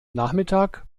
nachmittag